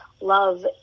love